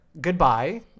goodbye